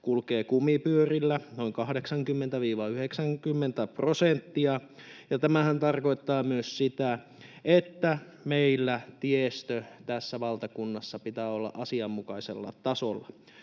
kulkee kumipyörillä, noin 80—90 prosenttia, ja tämähän tarkoittaa myös sitä, että meillä tiestön tässä valtakunnassa pitää olla asianmukaisella tasolla.